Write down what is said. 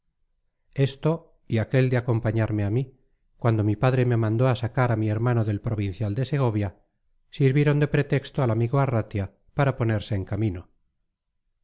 esto y el aquel de acompañarme a mí cuando mi padre me mandó a sacar a mi hermano del provincial de segovia sirvieron de pretexto al amigo arratia para ponerse en camino